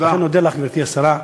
אני אודה לך, גברתי השרה,